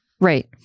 Right